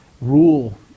rule